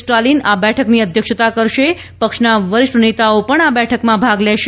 સ્ટાલિન આ બેઠકની અધ્યક્ષતા કરશે પક્ષના વરિષ્ઠ નેતાઓ પણ આ બેઠકમાં ભાગ લેશે